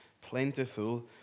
plentiful